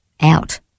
out